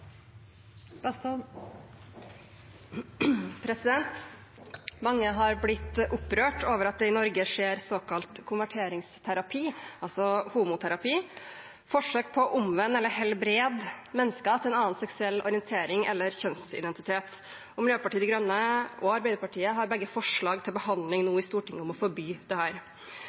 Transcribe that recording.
Mange har blitt opprørt over at det i Norge skjer såkalt konverteringsterapi, altså homoterapi, forsøk på å helbrede eller omvende mennesker til en annen seksuell orientering eller kjønnsidentitet. Miljøpartiet De Grønne og Arbeiderpartiet har begge forslag om å forby dette til behandling nå i Stortinget. Da statsministeren først fikk spørsmål om et sånt forbud, var hun mot det